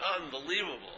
Unbelievable